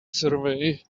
survey